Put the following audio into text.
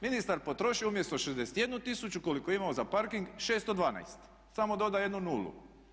Ministar potroši umjesto 61 tisuću koliko je imao za parking 612, samo doda jednu nulu.